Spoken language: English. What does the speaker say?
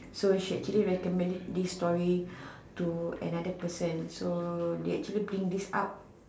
so she actually recommend this story to another person so they actually bring this up